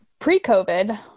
Pre-COVID